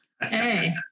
Hey